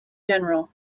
general